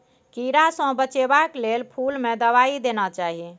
कीड़ा सँ बचेबाक लेल फुल में दवाई देना चाही